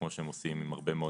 כמו שהם עושים עם הרבה מאוד דברים.